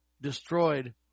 destroyed